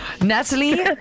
natalie